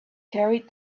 carried